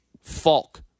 Falk